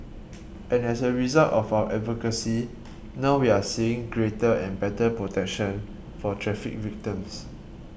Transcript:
and as a result of our advocacy now we're seeing greater and better protection for traffic victims